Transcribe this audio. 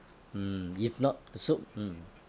mm if not so mm